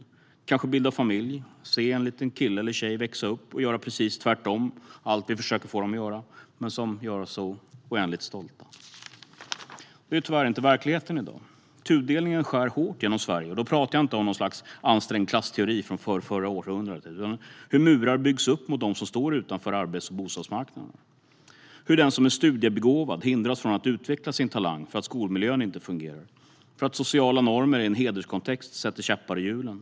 Vi kan kanske bilda familj, se en liten kille eller tjej växa upp och göra precis tvärtom allt det vi försöker att få dem att göra men ändå göra oss oändligt stolta. Det är tyvärr inte verkligheten i dag. Tudelningen skär hårt genom Sverige. Då talar jag inte om något slags ansträngd klassteori från förrförra århundradet utan om hur murar byggs upp mot dem som står utanför arbets och bostadsmarknaderna och hur den som är studiebegåvad hindras från att utveckla sin talang för att skolmiljön inte fungerar eller för att sociala normer i en hederskontext sätter käppar i hjulen.